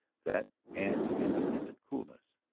that and an attendant coolness.